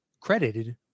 credited